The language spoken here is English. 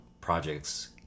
projects